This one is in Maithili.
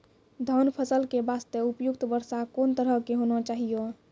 धान फसल के बास्ते उपयुक्त वर्षा कोन तरह के होना चाहियो?